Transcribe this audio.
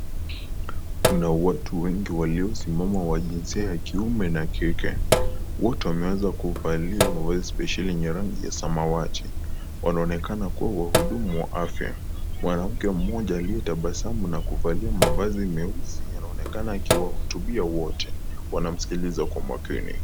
Kuna watu wengi waliosimama wa jinsia ya kiume na kike, wote wamewezakuvalia mavazi spesheli ya rangi ya samawati. Wanaonekana kuwa wahudumu wa afya. Mwanake moja aliye tabasamu na kuvalia mavazi ya nyeusi na anaonekana akiwahutubia wote, wanamsikiliza kwa makini.